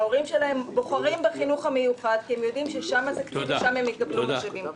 ההורים שלהם בוחרים בחינוך המיוחדים כי הם יודעים ששם הם יקבלו משאבים.